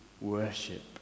worship